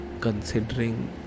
considering